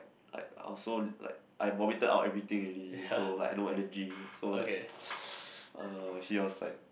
like I was so I vomited out everything already so I like no energy so like uh he was like